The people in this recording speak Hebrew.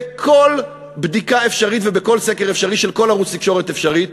כל בדיקה אפשרית ובכל סקר אפשרי של כל ערוץ תקשורת אפשרי,